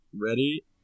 ready